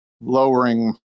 lowering